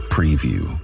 Preview